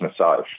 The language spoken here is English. massage